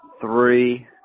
three